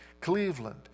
Cleveland